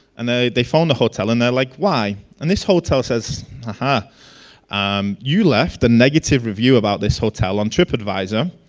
and they they found a hotel and they are like, why? and this hotel says ah um you left the negative review about this hotel on tripadvisor.